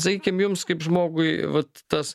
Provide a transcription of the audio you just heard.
sakykim jums kaip žmogui vat tas